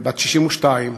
בת 62,